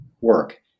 work